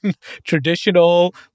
traditional